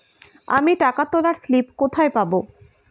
আমি টাকা তোলার স্লিপ কোথায় পাবো?